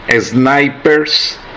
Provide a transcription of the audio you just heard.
snipers